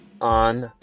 on